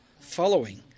following